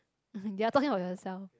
um hm you are talking about yourself